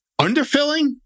underfilling